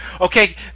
Okay